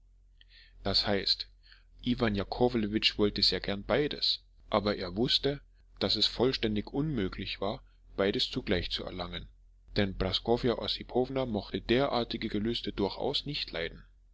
das heißt iwan jakowlewitsch wollte gern beides aber er wußte daß es vollständig unmöglich war beides zugleich zu erlangen denn praskowja ossipowna mochte derartige gelüste durchaus nicht leiden